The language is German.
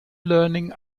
learning